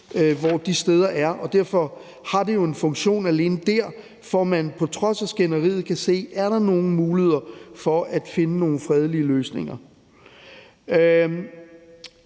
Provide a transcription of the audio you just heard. hvor de steder er, og derfor har det jo en funktion alene der, fordi man så på trods af skænderiet kan se, om der er nogen muligheder for at finde nogle fredelige løsninger.